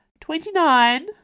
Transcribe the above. Twenty-nine